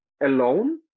alone